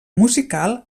musical